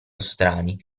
strani